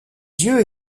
yeux